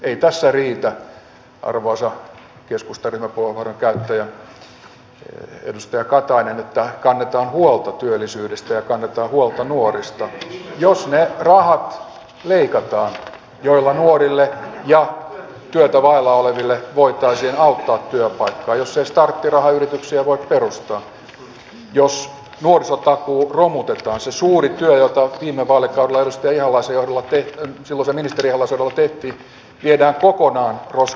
ei tässä riitä arvoisa keskustan ryhmäpuheenvuoron käyttäjä edustaja katainen että kannetaan huolta työllisyydestä ja kannetaan huolta nuorista jos ne rahat leikataan joilla nuorille ja työtä vailla oleville voitaisiin auttaa työpaikkaa jos ei starttirahayrityksiä voi perustaa jos nuorisotakuu romutetaan se suuri työ jota viime vaalikaudella silloisen ministeri ihalaisen johdolla tehtiin viedään kokonaan roskakoriin